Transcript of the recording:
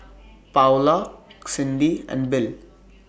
Paola Cindy and Bill